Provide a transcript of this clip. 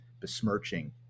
besmirching